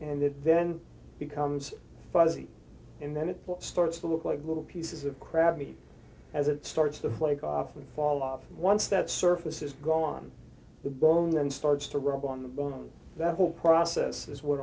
it then becomes fuzzy and then it starts to look like little pieces of crabmeat as it starts to flake off or fall off once that surfaces go on the bone and starts to rub on the bone that whole process